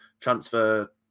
transfer